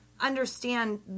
understand